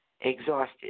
exhausted